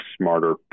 smarter